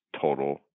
total